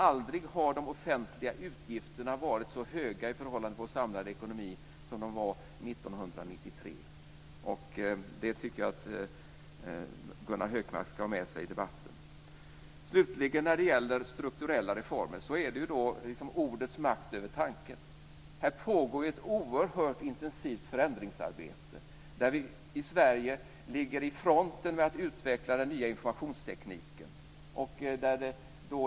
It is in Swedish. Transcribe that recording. Aldrig har de offentliga utgifterna varit så höga i förhållande till vår samlade ekonomi som de var 1993. Gunnar Hökmark ska ha med sig det i debatten. Slutligen var det frågan om strukturella reformer. Det är språkets makt över tanken. Här pågår ett oerhört intensivt förändringsabete, där vi i Sverige ligger i fronten med att utveckla den nya informationstekniken.